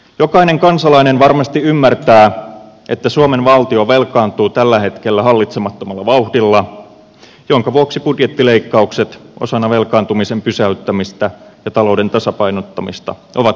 jokainen kansalainen varmasti ymmärtää että suomen valtio velkaantuu tällä hetkellä hallitsemattomalla vauhdilla minkä vuoksi budjettileikkaukset osana velkaantumisen pysäyttämistä ja talouden tasapainottamista ovat välttämättömiä